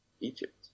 Egypt